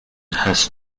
has